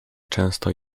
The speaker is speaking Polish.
często